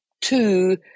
two